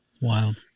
Wild